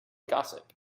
gossip